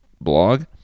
blog